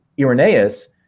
Irenaeus